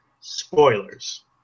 spoilers